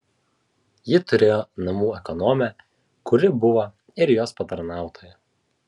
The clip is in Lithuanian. ji turėjo namų ekonomę kuri buvo ir jos patarnautoja